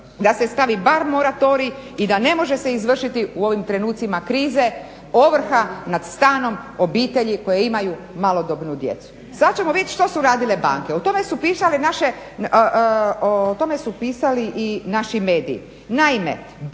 da se stavi bar moratorij i da se ne može izvršiti u ovim trenucima krize ovrha nad stanom obitelji koje imaju malodobnu djecu. Sada ćemo vidjeti što su radile banke. O tome su pisali naši mediji.